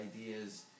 ideas